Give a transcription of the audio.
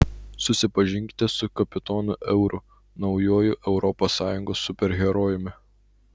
susipažinkite su kapitonu euru naujuoju europos sąjungos superherojumi